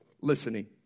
listening